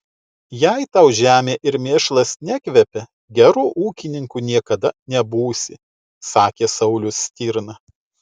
jei tau žemė ir mėšlas nekvepia geru ūkininku niekada nebūsi sakė saulius stirna